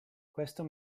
questo